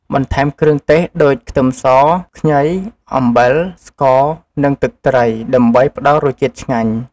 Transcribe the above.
បន្ថែមគ្រឿងទេសដូចខ្ទឹមស ខ្ញី អំបិល ស្ករ និងទឹកត្រី ដើម្បីផ្តល់រសជាតិឆ្ងាញ់។